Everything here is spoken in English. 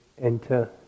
enter